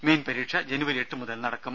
main പരീക്ഷ ജനുവരി എട്ട് മുതൽ നടക്കും